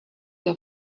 your